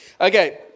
Okay